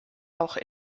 auch